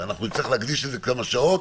נצטרך להקדיש לזה כמה שעות,